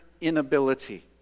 inability